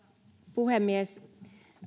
puhemies